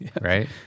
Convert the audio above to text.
right